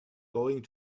going